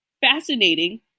fascinating